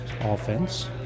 offense